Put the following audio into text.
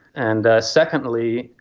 and secondly,